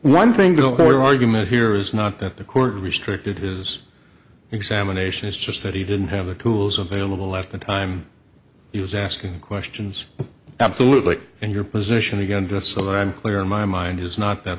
one thing going to argument here is not that the court restricted his examinations just that he didn't have the tools available at the time he was asking questions absolutely and your position again just so that i'm clear in my mind is not that